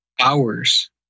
hours